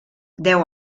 deu